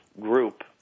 group